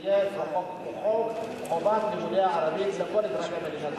בואי נעשה הסכם שיחוקקו חוק חובת לימודי ערבית לכל אזרחי מדינת ישראל.